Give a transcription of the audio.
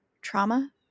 trauma